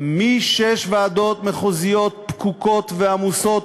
משש ועדות מחוזיות פקוקות ועמוסות,